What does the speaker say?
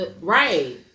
right